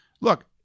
look